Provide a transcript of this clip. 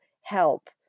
help